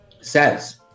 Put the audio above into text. says